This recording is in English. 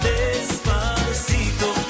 Despacito